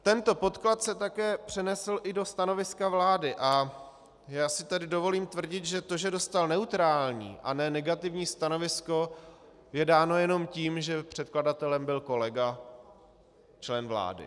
Tento podklad se také přenesl i do stanoviska vlády a já si tady dovolím tvrdit, že to, že dostal neutrální a ne negativní stanovisko, je dáno jenom tím, že předkladatelem byl kolega, člen vlády.